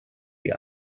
die